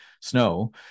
snow